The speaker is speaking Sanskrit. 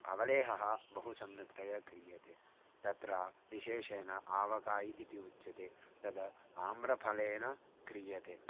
अवलेहः बहु सम्यक्तया क्रियते तत्र विशेषेण आवकायि इति उच्यते तद् आम्रफलेन क्रियते